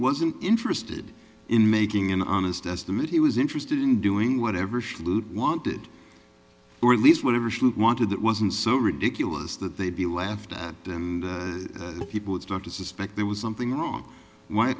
wasn't interested in making an honest as the movie was interested in doing whatever shrewd wanted or at least whatever she wanted that wasn't so ridiculous that they'd be laughed at and people would start to suspect there was something wrong why